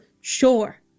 sure